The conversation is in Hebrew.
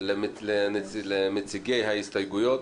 למציגי ההסתייגויות,